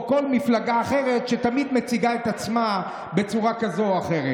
או כל מפלגה אחרת שתמיד מציגה את עצמה בצורה כזאת או אחרת.